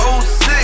06